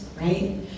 right